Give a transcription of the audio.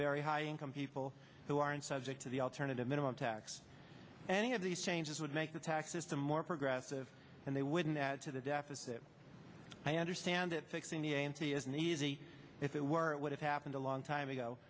very high income people who aren't subject to the alternative minimum tax any of these changes would make the tax system more progressive and they wouldn't add to the deficit i understand it fixing the a n c isn't easy if it were it would have happened a long time ago